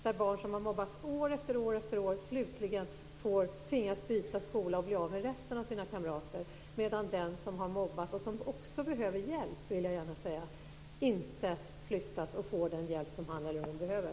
Barn som har mobbats år efter år har slutligen tvingats byta skola och har då blivit av med resten av sina kamrater, medan den som har mobbat - och som också behöver hjälp, det vill jag gärna säga - inte flyttas och får den hjälp som han eller hon behöver.